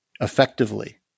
effectively